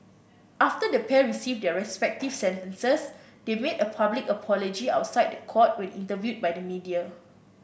after the pair received their respective sentences they made a public apology outside the court when interviewed by the media